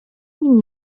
nim